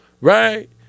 right